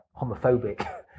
homophobic